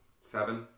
Seven